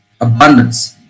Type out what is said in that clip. abundance